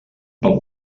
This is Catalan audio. pel